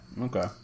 Okay